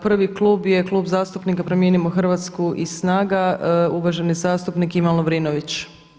Prvi klub je Klub zastupnika Promijenimo Hrvatsku i SNAGA uvaženi zastupnik Ivan Lovrinović.